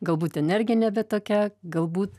galbūt energija nebe tokia galbūt